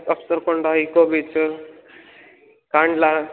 ಅಪ್ಸರ್ಕೊಂಡ eco beach Kandla